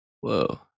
Whoa